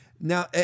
Now